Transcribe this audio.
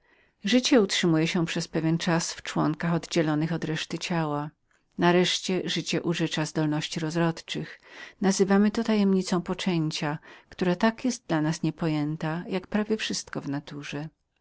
życie przechowuje się mniej więcej długo w członkach oddzielonych od reszty ciała nareszcie życie używa własności twórczych nazywamy to tajemnicą poczęcia która tak jest dla nas niepojętą jak prawie wszystko w naturze